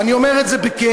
ואני אומר את זה בכאב,